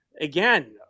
Again